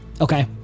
Okay